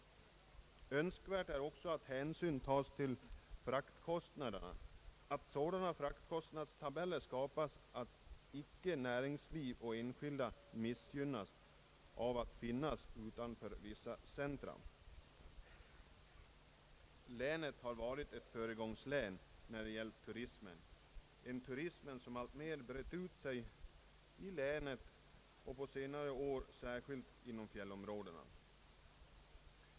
Hänsyn bör också tas till fraktkostnaderna. Sådana fraktkostnadstabeller bör åstadkommas att näringsliv och enskilda inte missgynnas av att befinna sig utanför tätorter. Länet har varit ett föregångslän när det gällt turismen — en turism som alltmer brett ut sig inom länet och på senare år särskilt inom fjällområdena.